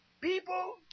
People